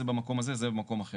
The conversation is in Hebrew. זה במקום הזה וזה במקום אחר.